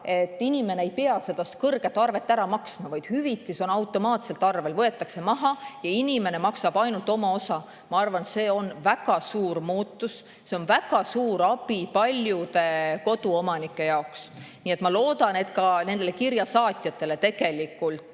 tuleb. Inimene ei pea seda [suurt] arvet ära maksma, vaid hüvitis on automaatselt arvestatud, see võetakse maha ja inimene maksab ainult oma osa. Ma arvan, et see on väga suur muutus. See on väga suur abi paljude koduomanike jaoks. Ma loodan, et ka nende kirjade saatjatele tegelikult